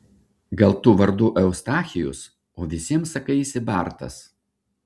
gal tu vardu eustachijus o visiems sakaisi bartas